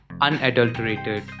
unadulterated